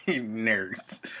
Nurse